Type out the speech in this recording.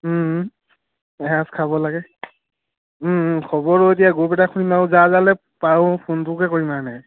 এসাঁজ খাব লাগে খবৰো এতিয়া গ্ৰুপ এটা খুলিম আৰু যাৰ যালৈ পাৰো ফোনটোকে কৰিম আৰু এনেকৈ